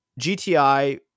GTI